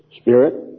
spirit